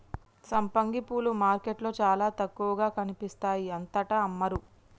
సంపంగి పూలు మార్కెట్లో చాల తక్కువగా కనిపిస్తాయి అంతటా అమ్మరు